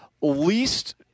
least